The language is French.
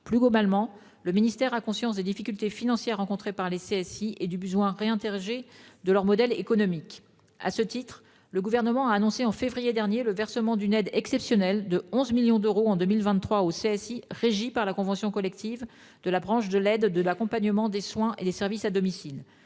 Plus globalement, le ministère a conscience des difficultés financières rencontrées par les CSI et du besoin de réinterroger leur modèle économique. À ce titre, le Gouvernement a annoncé en février dernier le versement d'une aide exceptionnelle de 11 millions d'euros en 2023 aux CSI régis par la convention collective de la branche de l'aide, de l'accompagnement, des soins et des services à domicile